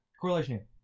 Correlation